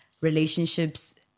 relationships